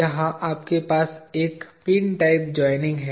यहां आपके पास एक पिन टाइप जॉइनिंग है